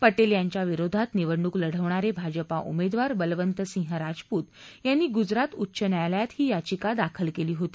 पटेल यांच्या विरोधात निवडणूक लढवणारे भाजपा उमेदवार बलवंतसिंह राजपूत यांनी गुजरात उच्च न्यायालयात ही याचिका दाखल केली होती